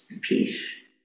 peace